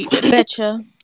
Betcha